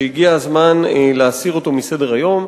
שהגיע הזמן להסיר אותו מסדר-היום.